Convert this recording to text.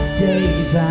days